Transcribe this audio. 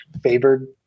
favored